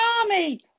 army